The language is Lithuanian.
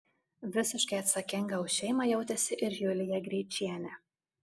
visiškai atsakinga už šeimą jautėsi ir julija greičienė